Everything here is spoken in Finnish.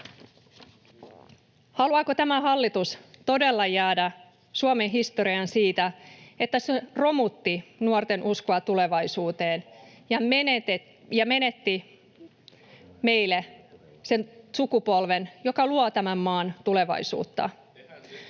Haluaako tämä hallitus todella jäädä Suomen historiaan siitä, että se romutti nuorten uskoa tulevaisuuteen ja menetti sen sukupolven, joka luo tämän maan tulevaisuutta?